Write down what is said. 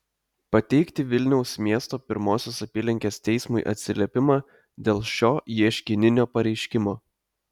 pateikti vilniaus miesto pirmosios apylinkės teismui atsiliepimą dėl šio ieškininio pareiškimo